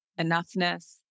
enoughness